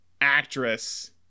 actress